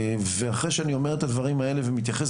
ואחרי שאני אומר את הדברים האלה ומתייחס